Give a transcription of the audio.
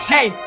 Hey